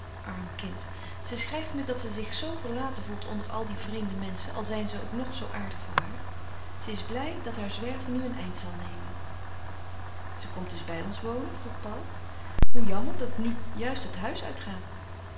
arm kind ze schrijft me dat ze zich zoo verlaten voelt onder al die vreemde menschen al zijn ze ook nog zoo aardig voor haar ze is blij dat haar zwerven nu een eind zal nemen ze komt dus bij ons wonen vroeg paul hoe jammer dat ik nu juist het huis uitga